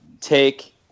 take